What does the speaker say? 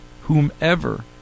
whomever